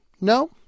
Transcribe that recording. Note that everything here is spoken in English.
no